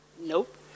Nope